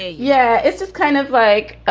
yeah. it's it's kind of like